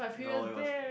no it was